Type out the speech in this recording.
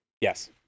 yes